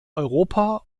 europa